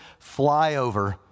flyover